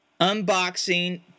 unboxing